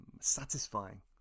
satisfying